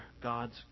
God's